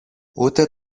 ούτε